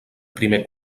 primer